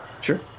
Sure